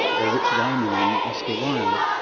or richard ellman on oscar wilde,